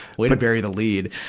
way to bury the lede!